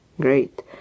Great